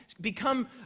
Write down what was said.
become